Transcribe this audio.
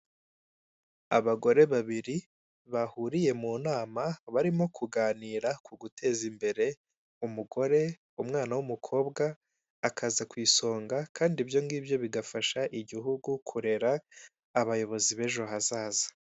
Abagore babiri bahuriye mu nama barimo kuganira kuguteza imbere umugore umwana w'umukobwa akaza ku isonga kandi ibyo ngibyo bigafasha igihugu kurera abayobozi b'ejo hazaza.